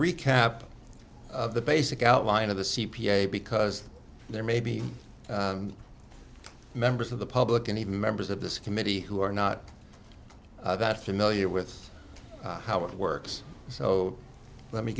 recap of the basic outline of the c p a because there may be members of the public and even members of this committee who are not that familiar with how it works so let me